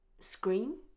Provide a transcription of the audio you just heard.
Screen